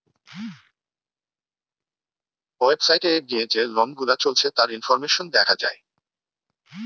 website এ গিয়ে যে লোন গুলা চলছে তার ইনফরমেশন দেখা যায়